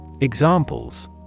Examples